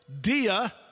Dia